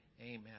Amen